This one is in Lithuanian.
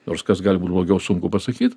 nors kas gali būt blogiau sunku pasakyt